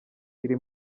iri